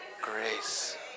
grace